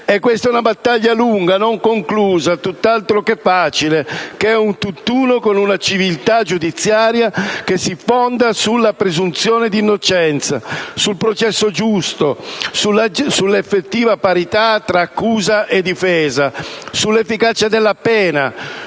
Questa è una battaglia lunga, non conclusa, tutt'altro che facile, che è un tutt'uno con una civiltà giudiziaria che si fonda sulla presunzione di innocenza, sul processo giusto, sull'effettiva parità tra accusa e difesa, sull'efficacia della pena,